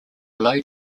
below